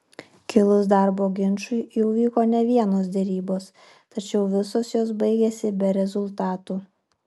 kilus darbo ginčui jau vyko ne vienos derybos tačiau visos jos baigėsi be rezultatų